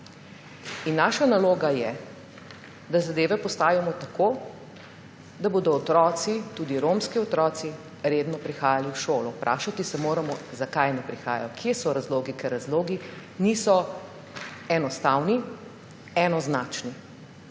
Naša naloga je, da zadeve postavimo tako, da bodo otroci, tudi romski otroci redno prihajali v šolo. Vprašati se moramo, zakaj ne prihajajo, kje so razlogi. Ker razlogi niso enostavni, enoznačni.